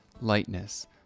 lightness